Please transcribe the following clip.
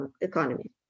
economy